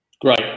Great